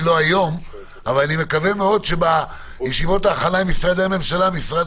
בדיוק הניסוח הסופי חשוב שיהיה שיח גם עם משרד החינוך וגם עם משרד